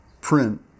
print